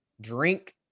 drink